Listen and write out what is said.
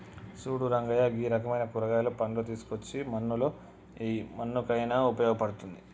సూడు రంగయ్య గీ రకమైన కూరగాయలు, పండ్లు తీసుకోచ్చి మన్నులో ఎయ్యి మన్నుకయిన ఉపయోగ పడుతుంది